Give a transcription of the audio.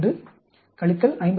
3 46